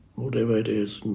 whatever it is,